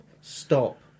stop